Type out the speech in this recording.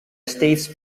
states